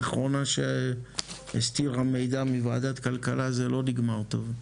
האחרונה שהסתירה מידע מוועדת כלכלה זה לא נגמר טוב.